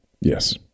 Yes